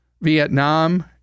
Vietnam